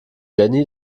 jenny